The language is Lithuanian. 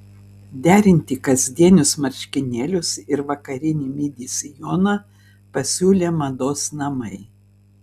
derinti kasdienius marškinėlius ir vakarinį midi sijoną pasiūlė mados namai